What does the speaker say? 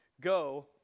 go